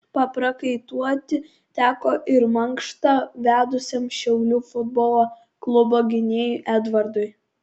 paprakaituoti teko ir mankštą vedusiam šiaulių futbolo klubo gynėjui edvardui